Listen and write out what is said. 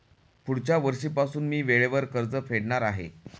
पुढच्या वर्षीपासून मी वेळेवर कर्ज फेडणार आहे